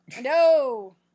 No